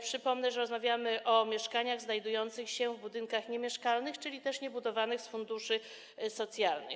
Przypomnę, że rozmawiamy o mieszkaniach znajdujących się w budynkach niemieszkalnych, czyli niebudowanych z funduszy socjalnych.